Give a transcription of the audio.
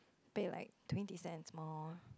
paid like twenty cents more